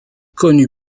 connu